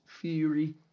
fury